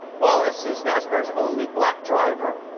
wallace is nascar's only black driver.